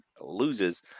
loses